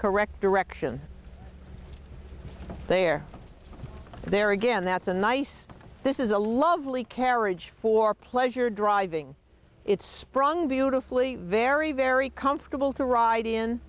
correct direction there there again that's a nice this is a lovely carriage for pleasure driving it sprung beautifully very very comfortable to ride in